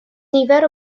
nifer